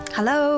Hello